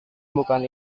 bukan